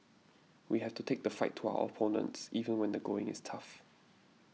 we have to take the fight to our opponents even when the going is tough